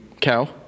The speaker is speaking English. cow